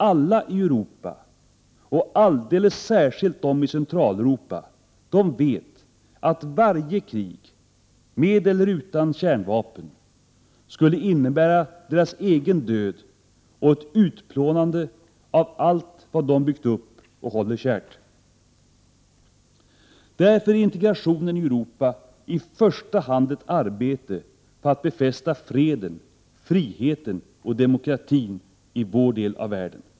Alla i Europa, och alldeles särskilt de i Centraleuropa, vet nämligen att varje krig — med eller utan kärnvapen — skulle innebära deras egen död och ett utplånande av allt vad de byggt upp och håller kärt. Därför är integrationen i Europa i första hand ett arbete på att befästa freden, friheten och demokratin i vår del av världen.